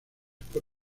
por